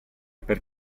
per